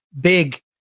big